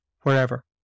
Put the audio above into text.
wherever